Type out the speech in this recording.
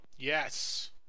Yes